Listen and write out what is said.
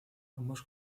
ambos